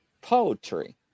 poetry